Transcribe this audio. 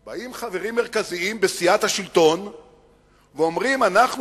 באים חברים מרכזיים בסיעת השלטון ואומרים: אנחנו